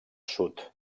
sud